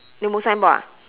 lei mou signboard ah